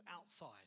outside